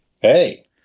Hey